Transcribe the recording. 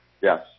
Yes